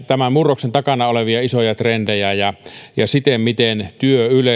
tämän murroksen takana olevia isoja trendejä ja ja sitä miten työ